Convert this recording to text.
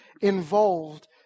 involved